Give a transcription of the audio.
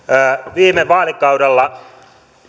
viime vaalikaudella